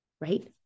right